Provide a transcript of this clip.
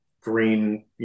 green